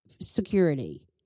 security